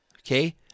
okay